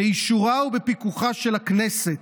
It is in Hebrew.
באישורה ובפיקוחה של הכנסת,